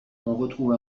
retrouve